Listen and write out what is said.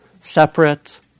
separate